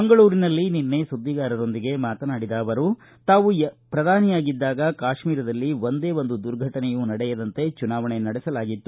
ಮಂಗಳೂರಿನಲ್ಲಿ ನಿನ್ನೆ ಸುದ್ದಿಗಾರರೊಂದಿಗೆ ಮಾತನಾಡಿದ ಅವರು ತಾವು ಪ್ರಧಾನಿಯಾಗಿದ್ದಾಗ ಕಾತ್ಮೀರದಲ್ಲಿ ಒಂದೇ ಒಂದು ದುರ್ಘಟನೆಯೂ ನಡೆಯದಂತೆ ಚುನಾವಣೆ ನಡೆಸಲಾಗಿತ್ತು